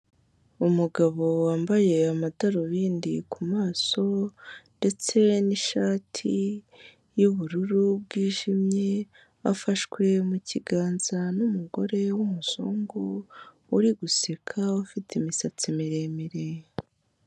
Umugabo wambaye amadarubindi ku maso ndetse n'ishati y'ubururu bwijimye, afashwe mu kiganza n'umugore w'umuzungu uri guseka ufite imisatsi miremire.